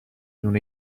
نون